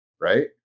Right